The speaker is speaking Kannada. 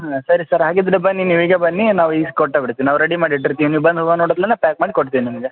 ಹಾಂ ಸರಿ ಸರ್ ಹಾಗಿದ್ದರೆ ಬನ್ನಿ ನೀವು ಈಗ ಬನ್ನಿ ನಾವು ಇಸ್ಕೊಟ್ಟೆ ಬಿಡ್ತೀವಿ ನಾವು ರೆಡಿ ಮಾಡಿ ಇಟ್ಟಿರ್ತೀವಿ ನೀವು ಬಂದು ಹೂವು ನೋಡತ್ಲೇನಾ ಪ್ಯಾಕ್ ಮಾಡಿ ಕೊಡ್ತೀವಿ ನಿಮಗೆ